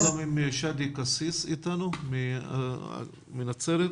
שונה אצלנו משום שאצלנו הטיפול הוא לאורך כל שעות היום.